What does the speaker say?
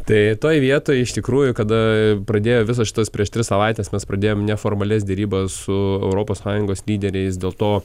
tai toj vietoj iš tikrųjų kada pradėjo visos šitos prieš tris savaites mes pradėjom neformalias derybas su europos sąjungos lyderiais dėl to